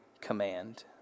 command